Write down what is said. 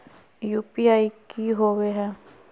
UPI की होवे है?